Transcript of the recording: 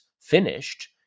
finished